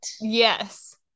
yes